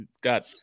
Got